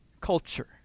culture